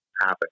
happen